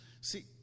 See